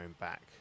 back